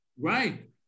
Right